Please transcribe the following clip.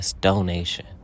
donation